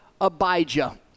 Abijah